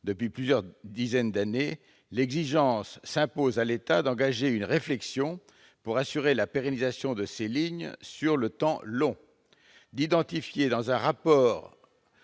depuis déjà plusieurs dizaines d'années, l'exigence s'impose à l'État d'engager une réflexion pour assurer la pérennisation de ces lignes sur le temps long, d'identifier dans un rapport